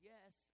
Yes